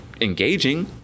engaging